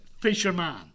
fisherman